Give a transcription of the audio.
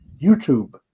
YouTube